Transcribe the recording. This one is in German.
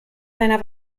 seiner